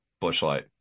Bushlight